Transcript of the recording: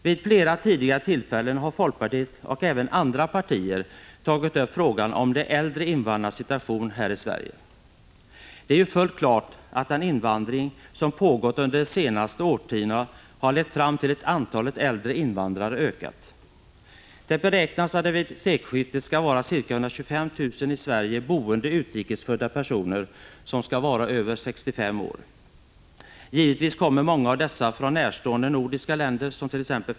Vid flera tidigare tillfällen har folkpartiet och även andra partier tagit upp frågan om de äldre invandrarnas situation här i Sverige. Det är ju fullt klart att den invandring som pågått under de senaste årtiondena har lett fram till att antalet äldre invandrare ökat. Det beräknas att det vid sekelskiftet kommer att vara ca 125 000 i Sverige boende utrikes födda personer som är över 65 år. Givetvis kommer många av dessa från närstående nordiska länder somt.ex.